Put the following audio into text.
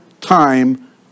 time